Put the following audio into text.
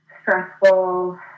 stressful